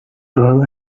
grow